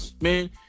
Man